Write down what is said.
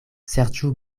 serĉu